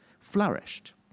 flourished